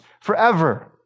forever